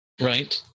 right